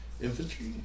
Infantry